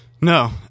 No